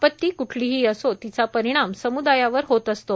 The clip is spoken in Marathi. आपत्ती क्ठलीही असो तिचा परिणाम समुदायावर होत असतो